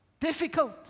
Difficult